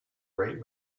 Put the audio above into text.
write